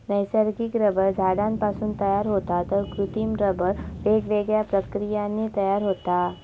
नैसर्गिक रबर झाडांपासून तयार होता तर कृत्रिम रबर वेगवेगळ्या प्रक्रियांनी तयार होता